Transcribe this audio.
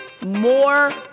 more